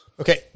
okay